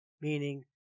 meaning